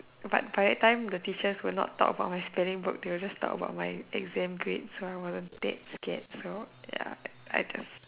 but by that time the teachers will not talk about my spelling book they will just talk about my exam grades so I wasn't that scared so ya I just